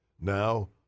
Now